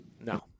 No